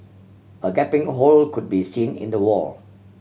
a gaping hole could be seen in the wall